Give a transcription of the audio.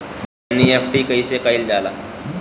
NEFT कइसे कइल जाला?